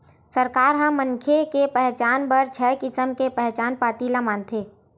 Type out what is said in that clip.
सरकार ह मनखे के पहचान बर छय किसम के पहचान पाती ल मानथे